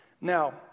Now